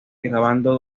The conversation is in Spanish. grabando